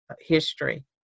history